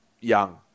Young